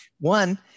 One